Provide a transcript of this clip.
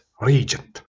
regent